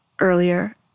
earlier